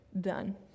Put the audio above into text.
done